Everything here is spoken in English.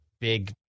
big